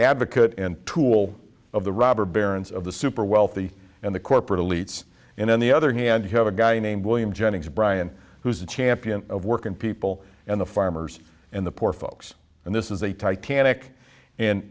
advocate and tool of the robber barons of the super wealthy and the corporate elites and on the other hand you have a guy named william jennings bryan who is a champion of working people and the farmers and the poor folks and this is a titanic